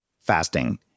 Fasting